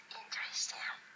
interesting